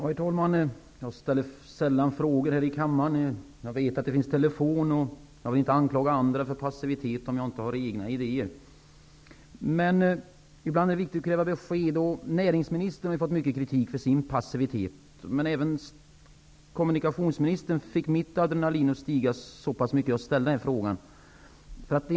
Herr talman! Jag ställer sällan frågor här i kammaren. Jag vet ju att det finns telefon. Jag vill inte anklaga andra för passivitet, om jag själv inte har några idéer. Men ibland är det viktigt att kräva besked. Näringsministern har ju fått mycket kritik för sin passivitet. Även kommunikationsministern fick adrenalinet att stiga så mycket hos mig att jag måste framställa min fråga.